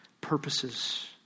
purposes